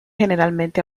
generalmente